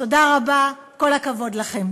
תודה רבה, כל הכבוד לכם.